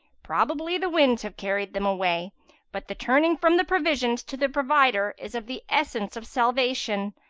probably the winds have carried them away but the turning from the provisions to the provider is of the essence of salvation,